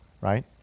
right